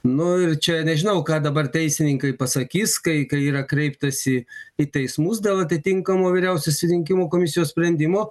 nu ir čia nežinau ką dabar teisininkai pasakys kai kai yra kreiptasi į teismus dėl atitinkamo vyriausiosios rinkimų komisijos sprendimo